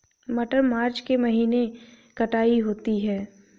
मटर मार्च के महीने कटाई होती है?